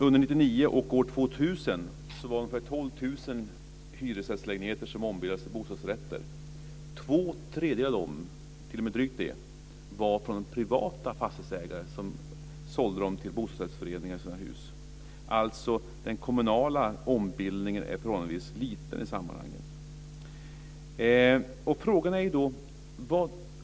Under åren 1999 och 2000 ombildades ungefär Omfattningen av den kommunala ombildningen är alltså förhållandevis liten i sammanhanget.